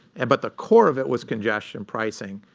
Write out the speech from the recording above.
and but the core of it was congestion pricing.